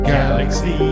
Galaxy